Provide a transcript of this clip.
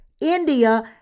India